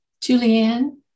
Julianne